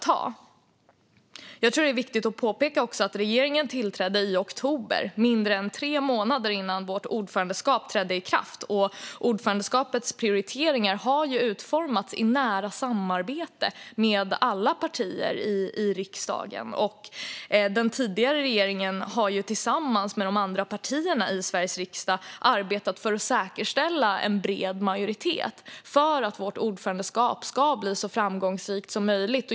Jag tror också att det är viktigt att påpeka att regeringen tillträdde i oktober, mindre än tre månader innan vårt ordförandeskap trädde i kraft. Ordförandeskapets prioriteringar har utformats i nära samarbete med alla partier i riksdagen. Den tidigare regeringen arbetade tillsammans med de andra partierna i Sveriges riksdag för att säkerställa en bred majoritet för att vårt ordförandeskap ska bli så framgångsrikt som möjligt.